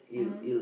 mm